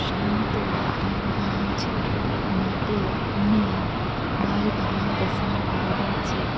શાંત વાતાવરણ છે માટે મેં બાલભવન પસંદ કરેલું છે